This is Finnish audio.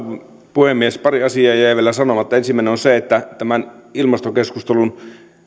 puhemies pari asiaa jäi vielä sanomatta ensimmäinen on se että tämä ilmastokeskustelu